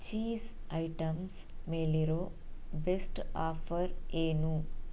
cheese items ಮೇಲಿರೋ best offer ಏನು